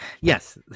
yes